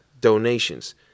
Donations